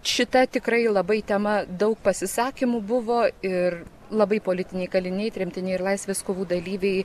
šita tikrai labai tema daug pasisakymų buvo ir labai politiniai kaliniai tremtiniai ir laisvės kovų dalyviai